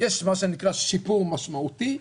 יש מה שנקרא שיפור משמעותי.